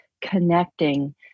connecting